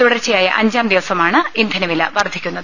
തുടർച്ചയായ അഞ്ചാം ദിവസ മാണ് ഇന്ധനവില വർധിക്കുന്നത്